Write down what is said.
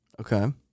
Okay